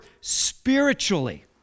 spiritually